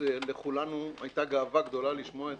שלכולנו הייתה גאווה גדולה לשמוע את